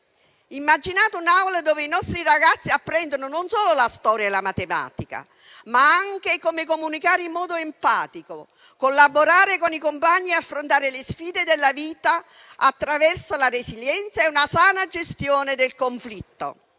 Immaginate un'aula dove i nostri ragazzi apprendono non solo la storia e la matematica, ma anche come comunicare in modo empatico, collaborare con i compagni e affrontare le sfide della vita attraverso la resilienza e una sana gestione del conflitto.